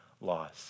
laws